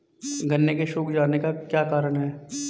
गन्ने के सूख जाने का क्या कारण है?